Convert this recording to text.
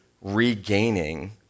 regaining